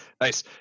Nice